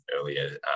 earlier